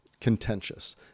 contentious